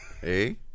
Hey